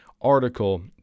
article